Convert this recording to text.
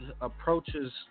approaches